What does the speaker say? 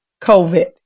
COVID